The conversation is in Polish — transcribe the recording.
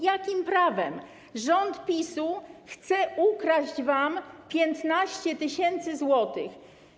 Jakim prawem rząd PiS-u chce ukraść wam 15 tys. zł?